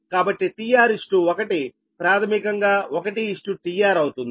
కాబట్టి tR 1 ప్రాథమికంగా 1 tR అవుతుంది